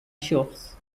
sjocht